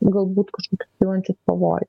galbūt kažkokius kylančius pavojus